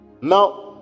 Now